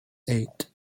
eight